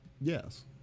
Yes